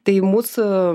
tai mūsų